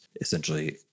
essentially